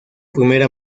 primera